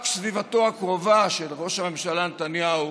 רק סביבתו הקרובה של ראש הממשלה נתניהו